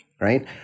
right